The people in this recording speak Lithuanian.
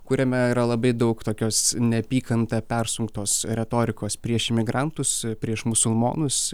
kuriame yra labai daug tokios neapykanta persunktos retorikos prieš imigrantus prieš musulmonus